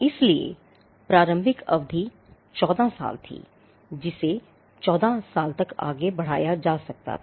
इसलिए प्रारंभिक अवधि 14 साल थी जिसे 14 साल तक आगे बढ़ाया जा सकता है